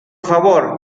favor